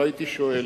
לא הייתי שואל.